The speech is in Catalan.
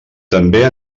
també